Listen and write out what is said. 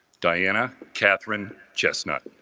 diana catherine chestnut